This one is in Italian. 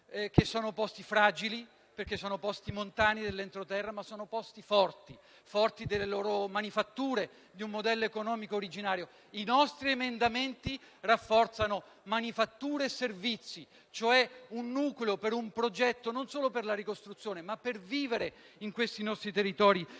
che sono posti fragili, perché sono posti montani dell'entroterra; ma sono posti forti, forti delle loro manifatture e di un modello economico originario. I nostri emendamenti rafforzano manifatture e servizi, cioè un nucleo per un progetto, non solo per la ricostruzione ma per vivere in questi nostri territori